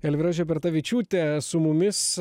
elvyra žebertavičiūtė su mumis